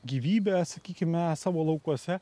gyvybę sakykime savo laukuose